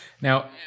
Now